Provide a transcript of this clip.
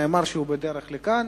נאמר שהוא בדרך לכאן.